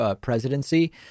presidency